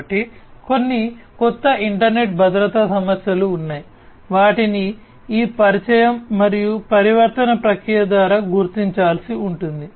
కాబట్టి కొన్ని కొత్త ఇంటర్నెట్ భద్రతా సమస్యలు ఉన్నాయి వాటిని ఈ పరిచయం మరియు పరివర్తన ప్రక్రియ ద్వారా గుర్తించాల్సి ఉంటుంది